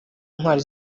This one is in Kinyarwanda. ntwari